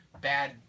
bad